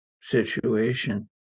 situation